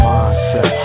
Mindset